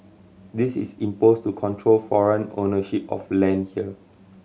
this is imposed to control foreign ownership of land here